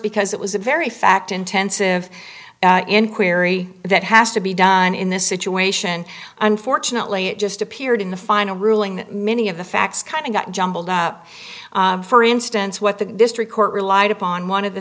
because it was a very fact intensive inquiry that has to be done in this situation unfortunately it just appeared in the final ruling many of the facts kind of got jumbled up for instance what the district court relied upon one of the